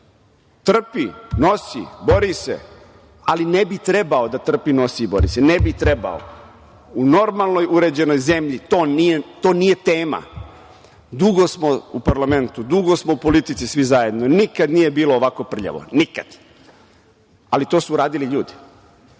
Trpi, nosi, bori se, ali ne bi trebalo da trpi, nosi i bori se, ne bi trebalo. U normalnoj uređenoj zemlji to nije tema. Dugo smo u parlamentu, dugo smo u politici svi zajedno, nikad nije bilo ovako prljavo, nikad. Ali, to su uradili ljudi.